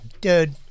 dude